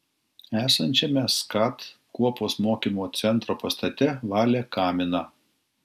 esančiame skat kuopos mokymo centro pastate valė kaminą